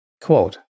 Quote